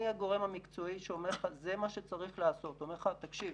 אני הגורם המקצועי שאומר לך שזה מה צריך לעשות הוא אומר לך: תקשיב,